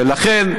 ולכן,